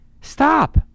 Stop